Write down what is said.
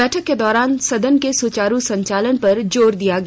बैठक के दौरान सदन के सुचारू संचालन पर जोर दिया गया